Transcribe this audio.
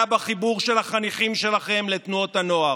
בחיבור של החניכים שלכם לתנועת הנוער.